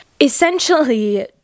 essentially